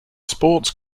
sports